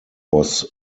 was